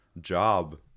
job